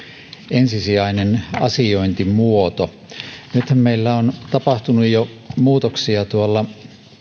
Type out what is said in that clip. ensisijainen asiointimuoto nythän meillä on jo tapahtunut muutoksia